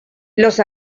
los